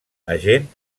agent